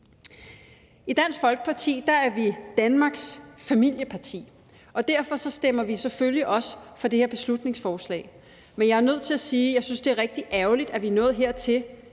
Dansk Folkeparti er Danmarks familieparti, og derfor stemmer vi selvfølgelig også for det her beslutningsforslag, men jeg er nødt til at sige, at jeg synes, det er rigtig ærgerligt, at vi er nået hertil,